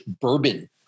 bourbon